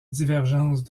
divergences